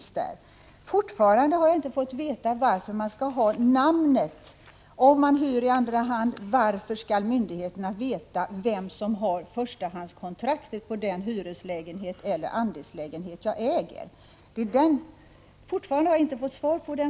Jag har fortfarande inte fått veta varför myndigheterna, om jag hyr i andra hand, skall ha reda på namnet på den som har förstahandskontraktet på den hyreseller andelslägenhet jag bor i. Jag har fortfarande inte fått svar på den